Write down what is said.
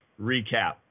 recap